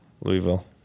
Louisville